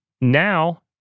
Now